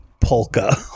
polka